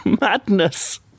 madness